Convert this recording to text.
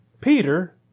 Peter